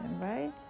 right